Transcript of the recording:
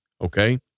Okay